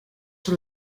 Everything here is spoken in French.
sur